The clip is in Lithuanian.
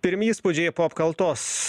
pirmi įspūdžiai po apkaltos